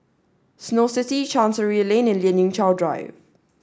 Snow City Chancery Lane and Lien Ying Chow Drive